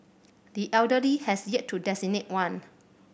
the elder Lee has yet to designate one